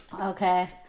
Okay